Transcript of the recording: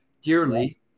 dearly